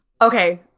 okay